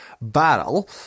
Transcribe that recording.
battle